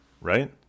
right